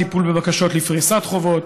טיפול בבקשות לפריסת חובות,